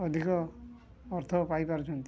ଅଧିକ ଅର୍ଥ ପାଇପାରୁଛନ୍ତି